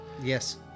Yes